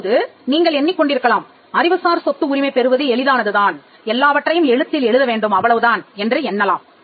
தற்போது நீங்கள் எண்ணிக் கொண்டிருக்கலாம் அறிவுசார் சொத்து உரிமை பெறுவது எளிதானதுதான் எல்லாவற்றையும் எழுத்தில் எழுத வேண்டும் அவ்வளவுதான் என்று எண்ணலாம்